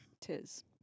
Tis